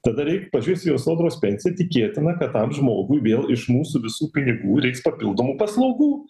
tada reik pažiūrėjus į jo sodros pensiją tikėtina kad tam žmogui vėl iš mūsų visų pinigų reiks papildomų paslaugų